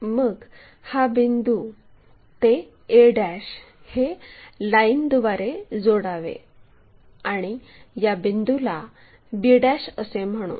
मग हा बिंदू ते a हे लाईनद्वारे जोडावे आणि या बिंदुला b असे म्हणू